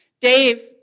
Dave